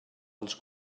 als